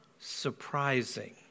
surprising